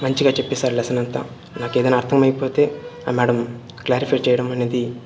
మంచిగా చెప్పిస్తారు లెసన్ అంతా నాకేదన్న అర్థమైపోతే ఆ మేడమ్ క్లారిఫై చేయడమనేది